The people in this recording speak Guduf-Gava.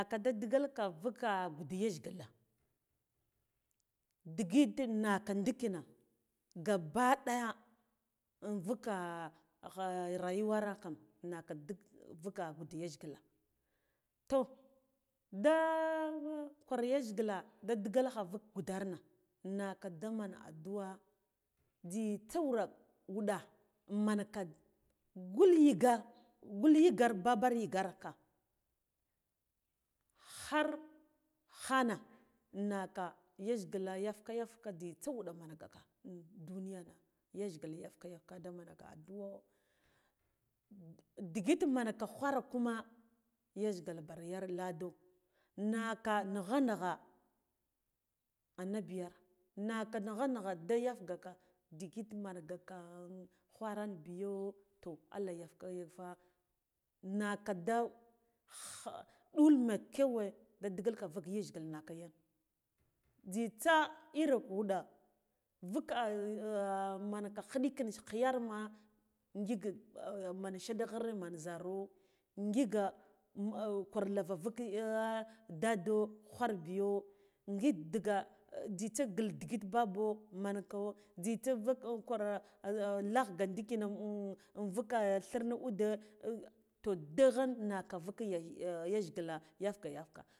Naka da digalka vuka guɗe yajgila digit naka ndikina gabba ɗeyi invula rayuwara kam naka dig buka gud yaggila toh da kwir yajgila da digalkha vuk gudarna naka damen addu'a jzitsa wura wuɗa menka gul yiga gul yigar babar yigarka khar khana naka yajgila yafka yafka jzitsa wuɗa mangaka in nduniyana yajgila yafka yafka da man addu'o ndigit men ghwara kuma yajgila bar yarar lado naka nigha nigha annabiyar maka nigha nigha da yatgaka digit mengaka khwaranbiyo toh allah yafgan yaf nnaka da kha ɗul mekyaw da digalka yajgila nnaka yan jzitsa iri wuɗa vukka manka khiɗila gji yarma ngik men shataghre man zhero ngik gwar laro vula ya dado ghwarbiyo ngik diga jzitsa gil digit babo manko jzitsa vuk kwar laghga ndikino invuk thina ude toh daghen naka vuk yaye yajgila yafga yafga